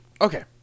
Okay